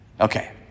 Okay